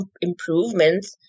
improvements